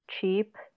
cheap